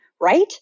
right